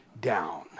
down